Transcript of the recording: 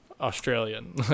australian